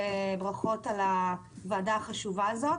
וברכות על הוועדה החשובה הזו.